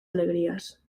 alegrías